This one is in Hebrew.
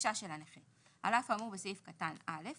בקשה של הנכה: "(2) על אף האמור בסעיף קטן (א),